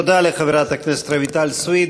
תודה לחברת הכנסת רויטל סויד.